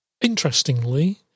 interestingly